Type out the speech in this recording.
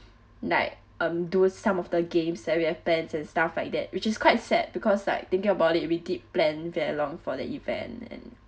like undo some of the games that we have planned and stuff like that which is quite sad because like thinking about it we did plan very long for the event and